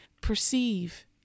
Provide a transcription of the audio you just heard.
perceive